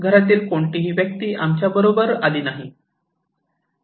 घरातील कोणतीही मोठी व्यक्ती आमच्याबरोबर आली नाही